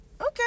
okay